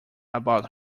about